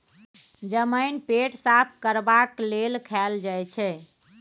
जमैन पेट साफ करबाक लेल खाएल जाई छै